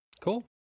cool